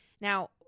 Now